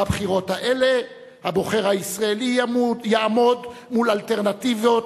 בבחירות האלה הבוחר הישראלי יעמוד מול אלטרנטיבות